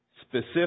specific